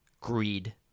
Greed